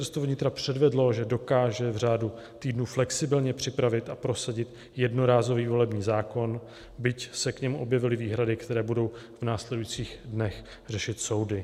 Ministerstvo vnitra předvedlo, že dokáže v řádu týdnů flexibilně připravit a prosadit jednorázový volební zákon, byť se k němu objevily výhrady, které budou v následujících dnech řešit soudy.